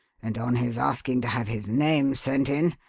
and, on his asking to have his name sent in,